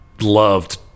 loved